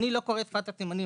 אני לא קורא את שפת הסימנים.